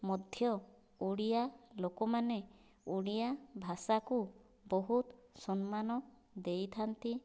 ମଧ୍ୟ ଓଡ଼ିଆ ଲୋକ ମାନେ ଓଡ଼ିଆ ଭାଷାକୁ ବହୁତ ସମ୍ମାନ ଦେଇଥାଆନ୍ତି